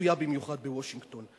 רצויה במיוחד בוושינגטון.